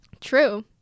True